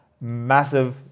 massive